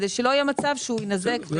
כדי שלא יהיה מצב שהוא יינזק.